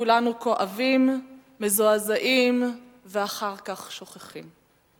וכולנו כואבים, מזועזעים ואחר כך שוכחים.